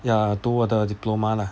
ya 读我的 diploma lah